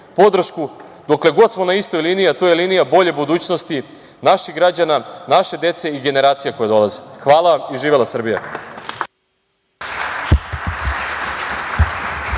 podršku dokle god smo na istoj liniji, a to je linija bolje budućnost naših građana, naše dece i generacija koje dolaze. Hvala. Živela Srbija.